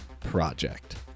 project